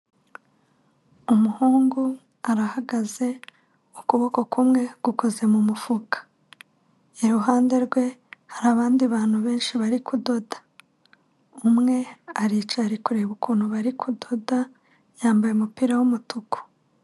Umuhungu arahagaze ukuboko kumwe gukoze mu mufuka, iruhande rwe hari abandi bantu benshi bari kudoda, umwe aricaye ari kureba ukuntu bari kudoda, yambaye umupira w'umutuku.